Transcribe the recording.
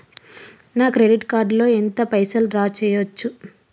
నా credit card లో ఎంత పైసల్ డ్రా చేయచ్చు?